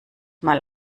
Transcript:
mal